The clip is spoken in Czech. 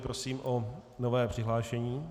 Prosím o nové přihlášení.